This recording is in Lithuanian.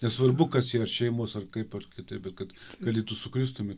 nesvarbu kas yra šeimos ar kaip ar kitaip bet kad galėtų su kristumi